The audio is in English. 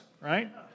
right